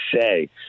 say